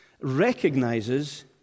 recognizes